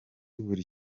buri